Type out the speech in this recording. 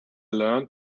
learned